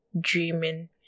Dreaming